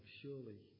surely